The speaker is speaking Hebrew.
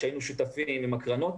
שהיינו שותפים לה עם הקרנות,